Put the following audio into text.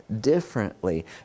differently